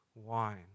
wine